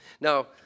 Now